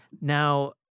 Now—